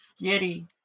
Kitty